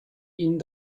ihnen